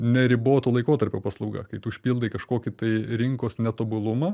neriboto laikotarpio paslauga kai tu užpildai kažkokį tai rinkos netobulumą